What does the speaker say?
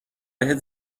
بهت